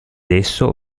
esso